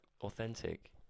authentic